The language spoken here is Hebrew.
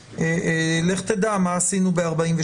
לך תדע מה עשינו ב-48'.